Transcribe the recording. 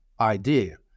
idea